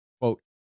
Quote